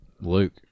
Luke